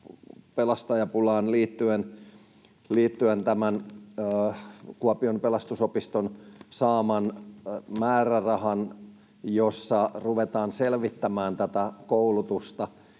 pelastajapulaan liittyen tämän Kuopion Pelastusopiston saaman määrärahan, jossa ruvetaan selvittämään tätä koulutusta.